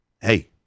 hey